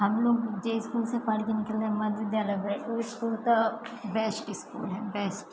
हमलोग जे इसकुलसँ पढ़िके निकलै मध्य विद्यालय भेल ओ इसकुल इसकुल तऽ बेस्ट इसकुल है बेस्ट